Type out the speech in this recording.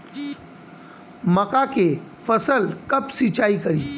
मका के फ़सल कब सिंचाई करी?